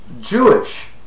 Jewish